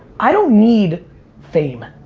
i don't need fame.